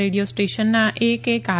radio સ્ટેશનના એક એક આર